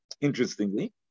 interestingly